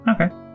Okay